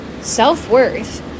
self-worth